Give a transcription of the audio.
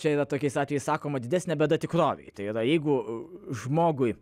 čia yra tokiais atvejais sakoma didesnė bėda tikrovėj tai yra jeigu žmogui